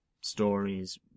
stories